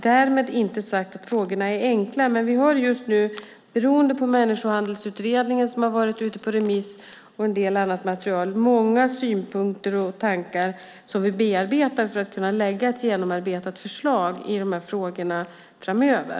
Därmed inte sagt att frågorna är enkla. Vi har just nu genom Människohandelsutredningen, som har varit ute på remiss, och en del annat material många synpunkter och tankar som vi bearbetar för att kunna lägga fram ett genomarbetat förslag i dessa frågor framöver.